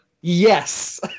Yes